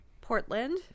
Portland